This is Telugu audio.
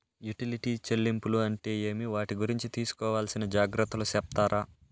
యుటిలిటీ చెల్లింపులు అంటే ఏమి? వాటి గురించి తీసుకోవాల్సిన జాగ్రత్తలు సెప్తారా?